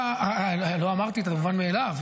לא אמרתי את המובן מאליו.